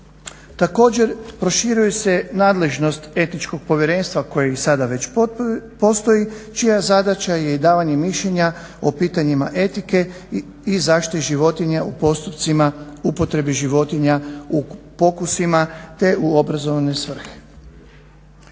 Također, proširuje se nadležnost etičkog povjerenstva koje i sada već postoji, čija je zadaća je i davanje mišljenja o pitanjima etike i zaštite životinja u postupcima upotrebe životinja u pokusima, te u obrazovane svrhe.